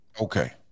Okay